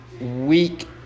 week